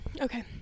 Okay